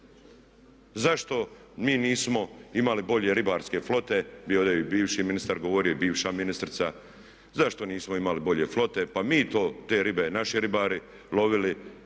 Zašto mi nismo imali bolje ribarske flote? Bio je ovdje i bivši ministar govorio i bivša ministrica. Zašto nismo imali bolje flote? Pa mi to, te ribe naši ribari lovili